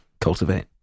cultivate